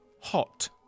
Hot